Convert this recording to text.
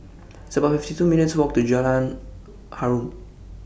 It's about fifty two minutes Walk to Jalan Harum